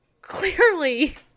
clearly